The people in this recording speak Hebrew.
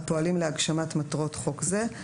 הפועלים להגשמת מטרות חוק זה,